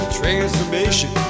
transformation